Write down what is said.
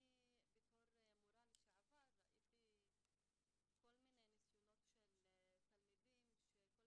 אני בתור מורה לשעבר ראיתי כל מיני ניסיונות של תלמידים שכל